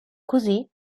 così